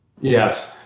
Yes